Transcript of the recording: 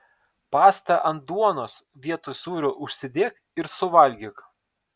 pastą ant duonos vietoj sūrio užsidėk ir suvalgyk